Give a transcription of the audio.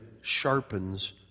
sharpens